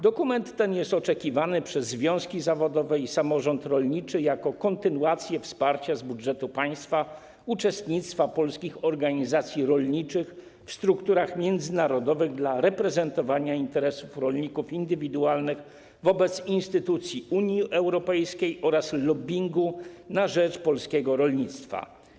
Dokument ten jest oczekiwany przez związki zawodowe i samorząd rolniczy jako kontynuacja wsparcia z budżetu państwa uczestnictwa polskich organizacji rolniczych w strukturach międzynarodowych w celu reprezentowania interesów rolników indywidualnych wobec instytucji Unii Europejskiej oraz lobbingu na rzecz polskiego rolnictwa.